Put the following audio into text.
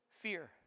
fear